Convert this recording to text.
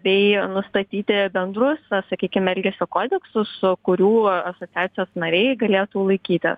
bei nustatyti bendrus na sakykim elgesio kodeksus kurių asociacijos nariai galėtų laikytis